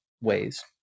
ways